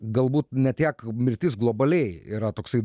galbūt ne tiek mirtis globaliai yra toksai